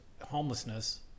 homelessness